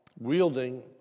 wielding